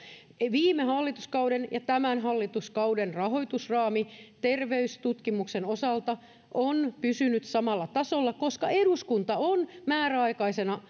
viime hallituskauden ja tämän hallituskauden rahoitusraami terveystutkimuksen osalta on pysynyt samalla tasolla koska eduskunta on määräaikaisena